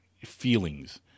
feelings